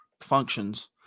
functions